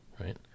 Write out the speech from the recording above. right